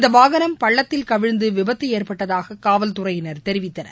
இந்த வாகனம் பள்ளத்தில் கவிழ்ந்து விபத்து ஏற்பட்டதாக காவல்துறையினர் தெரிவித்தனர்